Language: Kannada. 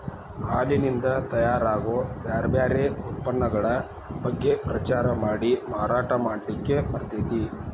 ಹಾಲಿನಿಂದ ತಯಾರ್ ಆಗೋ ಬ್ಯಾರ್ ಬ್ಯಾರೆ ಉತ್ಪನ್ನಗಳ ಬಗ್ಗೆ ಪ್ರಚಾರ ಮಾಡಿ ಮಾರಾಟ ಮಾಡ್ಲಿಕ್ಕೆ ಬರ್ತೇತಿ